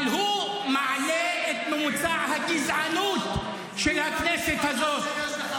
אבל הוא מעלה את ממוצע הגזענות של הכנסת הזאת.